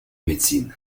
médecine